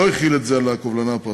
לא החילו את זה על הקובלנה הפרטית.